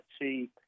see